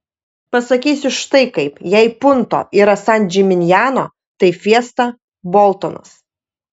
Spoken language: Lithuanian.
pasakysiu štai kaip jei punto yra san džiminjano tai fiesta boltonas